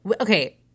Okay